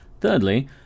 Thirdly